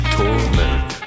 torment